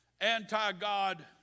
anti-God